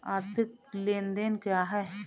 आर्थिक लेनदेन क्या है?